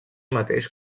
mateix